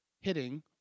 hitting